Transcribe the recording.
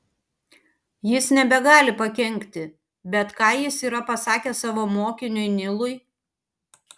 jis nebegali pakenkti bet ką jis yra pasakęs savo mokiniui nilui